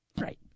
Right